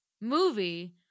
movie